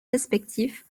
respectif